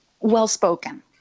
well-spoken